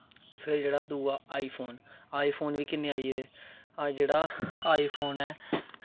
फिर दूआ iPhone iPhone बी किन्ने आई गेदे जेह्ड़ा आई फोन ऐ